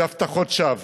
בהבטחות שווא.